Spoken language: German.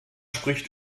spricht